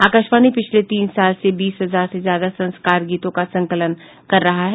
आकाशवाणी पिछले तीन साल से बीस हजार से ज्यादा संस्कार गीतों का संकलन कर रहा है